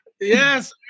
Yes